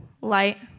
light